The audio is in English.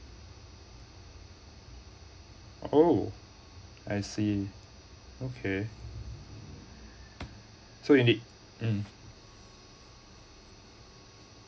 oh I see okay so you need mm